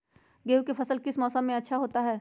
गेंहू का फसल किस मौसम में अच्छा होता है?